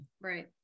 Right